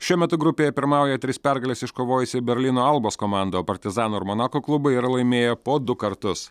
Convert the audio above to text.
šiuo metu grupėje pirmauja tris pergales iškovojusi berlyno albos komanda o partizano ir monako klubai yra laimėję po du kartus